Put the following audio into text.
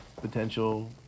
potential